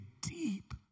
deep